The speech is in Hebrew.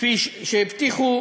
כפי שהבטיחו